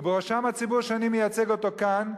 ובראשם הציבור שאני מייצג אותו כאן,